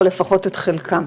או לפחות את חלקם.